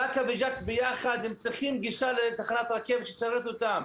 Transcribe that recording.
באקה וג'ת ביחד צריכים גישה לתחנת רכבת שתשרת אותם.